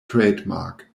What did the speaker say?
trademark